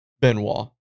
Benoit